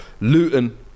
Luton